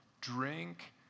drink